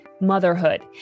motherhood